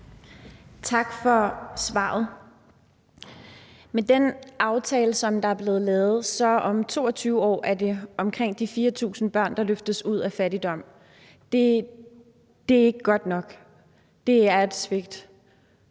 Tak for svaret. Med den aftale, der er blevet lavet, er det om 22 år omkring 4.000 børn, der løftes ud af fattigdom. Det er ikke godt nok, og det er et svigt.